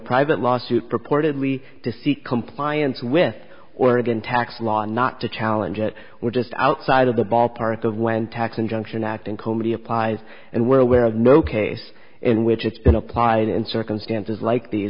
private lawsuit purportedly to seek compliance with oregon tax law not to challenge it we're just outside of the ballpark of when tax injunction act and comity applies and we're aware of no case in which it's been applied in circumstances like these